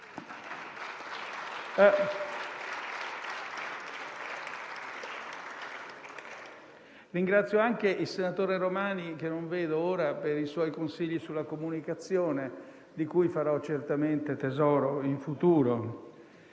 Ringrazio anche il senatore Romani, che non vedo ora, per i suoi consigli sulla comunicazione, di cui farò certamente tesoro in futuro.